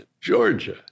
Georgia